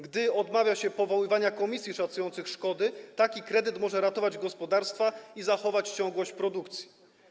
Gdy odmawia się powoływania komisji szacujących szkody, taki kredyt może ratować gospodarstwa i zachować ciągłość produkcji.